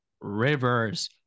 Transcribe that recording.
Rivers